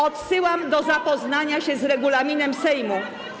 Odsyłam do zapoznania się z regulaminem Sejmu.